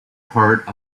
part